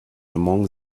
among